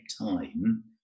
time